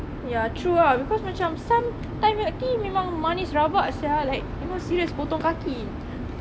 ya true ah because macam some thai milk tea memang manis rabak sia like you know serious potong kaki